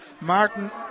Martin